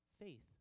faith